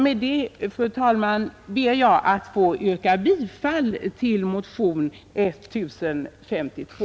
Med detta, fru talman, ber jag att få yrka bifall till motionen 1052.